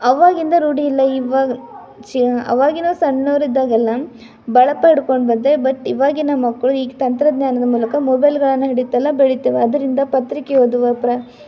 ಅವಾಗಿಂದ ರೂಢಿಯಿಲ್ಲ ಇವಾಗ ಚೆ ಆವಾಗಿನ ಸಣ್ಣವ್ರು ಇದ್ದಾಗೆಲ್ಲ ಬಳಪ ಹಿಡ್ಕೊಂಡ್ಬಂದರೆ ಬಟ್ ಇವಾಗಿನ ಮಕ್ಕಳು ಈಗ ತಂತ್ರಜ್ಞಾನದ ಮೂಲಕ ಮೊಬೈಲ್ಗಳನ್ನು ಹಿಡಿತಲೇ ಬೆಳಿತವೆ ಅದರಿಂದ ಪತ್ರಿಕೆ ಓದುವ ಪ್ರ